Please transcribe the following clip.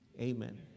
amen